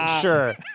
Sure